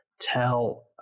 tell